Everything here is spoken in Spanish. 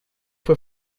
fue